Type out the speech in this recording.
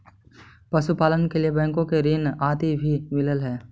पशुपालन के लिए बैंकों से ऋण आदि भी मिलअ हई